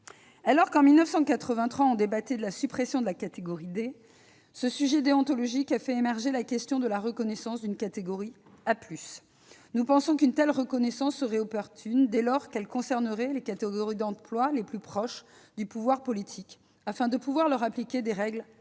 Alors que, en 1983, on débattait de la suppression de la catégorie D, ce sujet déontologique a fait émerger la question de la reconnaissance d'une catégorie A+. Nous pensons qu'une telle reconnaissance serait opportune, dès lors qu'elle concernerait les catégories d'emploi les plus proches du pouvoir politique, afin d'appliquer à celles-ci des règles spécifiques.